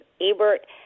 Ebert